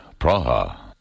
Praha